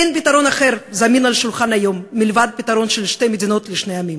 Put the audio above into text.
אין פתרון אחר זמין על השולחן היום מלבד פתרון של שתי מדינות לשני עמים.